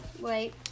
Wait